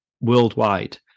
worldwide